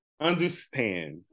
Understand